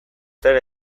zer